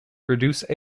produce